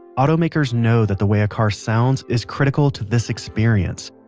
automakers know that the way a car sounds is critical to this experience.